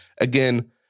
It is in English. Again